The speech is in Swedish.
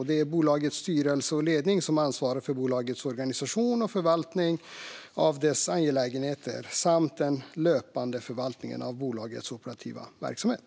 Det är bolagets styrelse och ledning som ansvarar för bolagets organisation och förvaltningen av dess angelägenheter samt den löpande förvaltningen av bolagets operativa verksamhet.